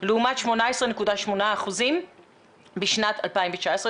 לעומת 18.8% בשנת 2019,